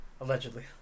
Allegedly